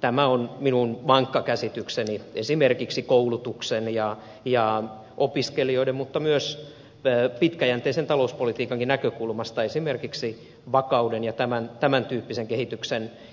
tämä on minun vankka käsitykseni esimerkiksi koulutuksen ja opiskelijoiden mutta myös pitkäjänteisen talouspolitiikankin näkökulmasta esimerkiksi vakauden ja tämäntyyppisen